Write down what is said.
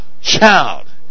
child